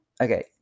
Okay